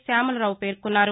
శ్యామలరావు పేర్కొన్నారు